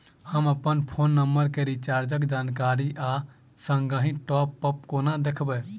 हम अप्पन phone number केँ रिचार्जक जानकारी आ संगहि टॉप अप कोना देखबै?